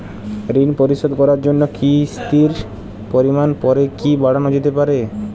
ঋন পরিশোধ করার জন্য কিসতির পরিমান পরে কি বারানো যেতে পারে?